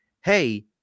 hey